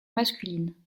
masculine